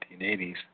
1980s